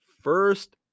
first